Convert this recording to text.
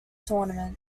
tournament